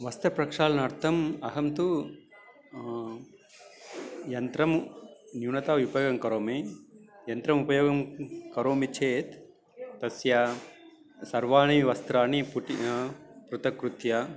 वस्त्रप्रक्षालनार्थम् अहं तु यन्त्रं न्यूनतया उपयोगं करोमि यन्त्रमुपयोगं करोमि चेत् तस्य सर्वाणि वस्त्राणि पुटी पृथक् कृत्य